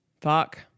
Fuck